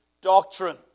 doctrine